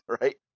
Right